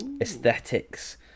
Aesthetics